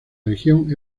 región